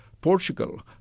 Portugal